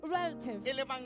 relative